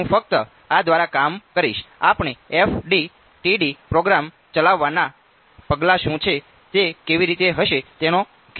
હું ફક્ત આ દ્વારા કામ કરીશ આપણે FDTD પ્રોગ્રામ ચલાવવાનાં પગલાં શું છે તે કેવી રીતે હશે તેનો ખ્યાલ પણ આપણને મળશે